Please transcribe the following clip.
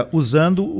usando